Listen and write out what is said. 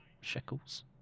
shekels